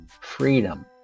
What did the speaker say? freedom